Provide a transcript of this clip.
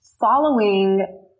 following